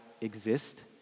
exist